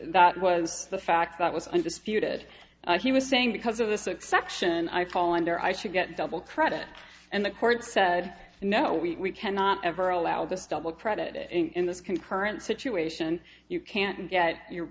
that was the fact that was undisputed he was saying because of this exception i fall under i should get double credit and the court said no we cannot ever allow this double credit in this concurrent situation you can't get your